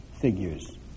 figures